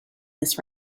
this